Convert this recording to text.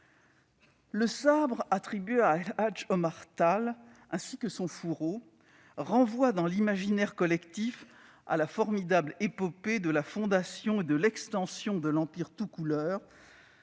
Le sabre attribué à El Hadj Omar Tall ainsi que son fourreau renvoient, dans l'imaginaire collectif, à la formidable épopée de la fondation et de l'extension de l'empire toucouleur,